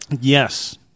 Yes